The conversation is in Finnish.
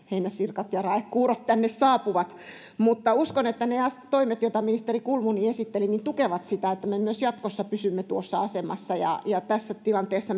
heinäsirkat ja raekuurot tänne saapuvat uskon että ne toimet joita ministeri kulmuni esitteli tukevat sitä että me myös jatkossa pysymme tuossa asemassa ja ja tässä tilanteessa